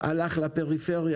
הלך לפריפריה.